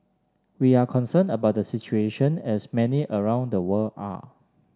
we are concerned about the situation as many around the world are